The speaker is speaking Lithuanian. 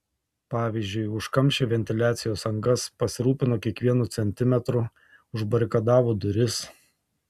pavyzdžiui užkamšė ventiliacijos angas pasirūpino kiekvienu centimetru užbarikadavo duris